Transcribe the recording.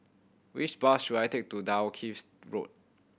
which bus should I take to Dalkeith Road